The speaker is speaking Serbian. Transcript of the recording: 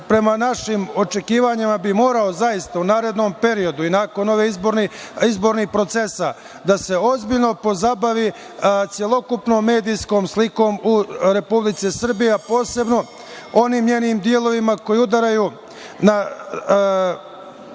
našim očekivanjima REM bi morao zaista u narednom periodu i nakon ovih izbornih procesa da se ozbiljno pozabavi celokupnom medijskom slikom u Republici Srbiji, a posebno onim njenim delovima koji udaraju na